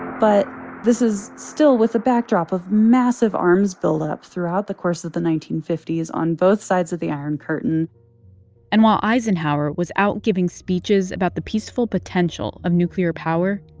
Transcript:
but this is still with a backdrop of massive arms buildup throughout the course of the nineteen fifty s on both sides of the iron curtain and while eisenhower was out giving speeches about the peaceful potential of nuclear power,